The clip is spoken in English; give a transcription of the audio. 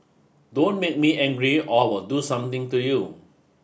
don't make me angry or I will do something to you